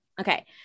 Okay